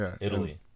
Italy